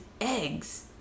eggs